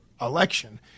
election